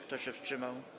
Kto się wstrzymał?